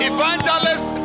Evangelist